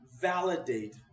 validate